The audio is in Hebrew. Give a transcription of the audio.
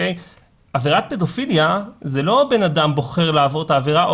עבירת פדופיליה זה לא אדם בוחר לעבור את העבירה,